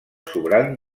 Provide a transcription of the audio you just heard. sobrant